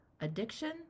addiction